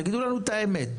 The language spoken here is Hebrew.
תגידו לנו את האמת.